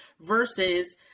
versus –